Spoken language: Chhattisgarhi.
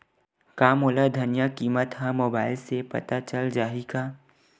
का मोला धनिया किमत ह मुबाइल से पता चल जाही का?